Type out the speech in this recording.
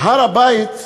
בהר-הבית,